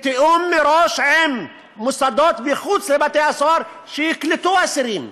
בתיאום מראש עם מוסדות מחוץ לבתי-הסוהר שיקלטו אסירים.